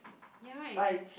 you are right you